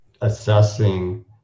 assessing